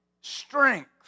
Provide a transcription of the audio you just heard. strength